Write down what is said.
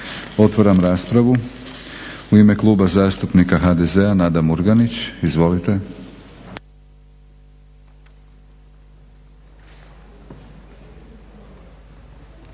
Otvaram raspravu. U ime Kluba zastupnika HDZ-a Nada Murganić. Izvolite.